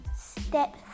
step